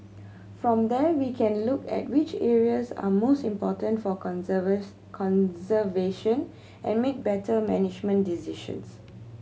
from there we can look at which areas are most important for conservation and make better management decisions